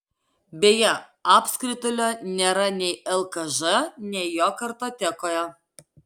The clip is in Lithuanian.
beje apskritulio nėra nei lkž nei jo kartotekoje